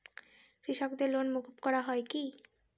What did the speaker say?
কৃষকদের লোন মুকুব করা হয় কি?